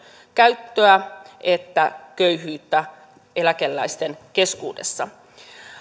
käyttöä että köyhyyttä eläkeläisten keskuudessa